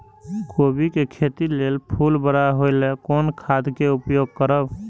कोबी के खेती लेल फुल बड़ा होय ल कोन खाद के उपयोग करब?